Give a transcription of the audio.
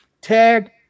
Tag